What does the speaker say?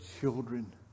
children